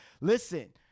listen